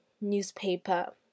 newspaper